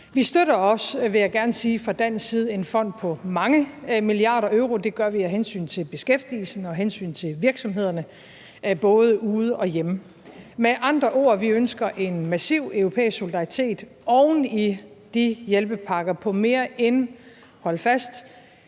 Vi støtter også, vil jeg gerne sige, fra dansk side en fond på mange milliarder euro. Det gør vi af hensyn til beskæftigelsen og af hensyn til virksomhederne både ude og hjemme. Med andre ord ønsker vi en massiv europæisk solidaritet oven i de hjælpepakker på mere end de – hold fast!